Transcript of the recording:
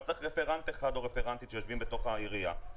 אבל צריך רפרנט אחד שיושב בתוך העירייה,